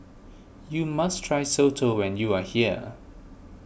you must try Soto when you are here